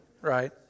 right